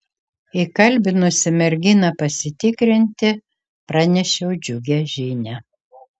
įkalbinusi merginą pasitikrinti pranešiau džiugią žinią